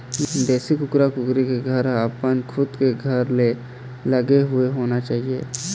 देशी कुकरा कुकरी के घर ह अपन खुद के घर ले लगे हुए होना चाही